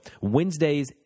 Wednesdays